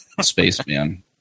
Spaceman